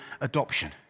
adoption